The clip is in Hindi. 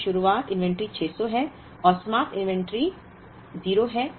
2 महीने की शुरुआत इन्वेंटरी 600 है और समाप्त इन्वेंट्री 0 है